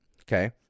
okay